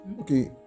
Okay